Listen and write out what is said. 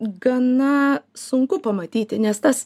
gana sunku pamatyti nes tas